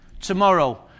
tomorrow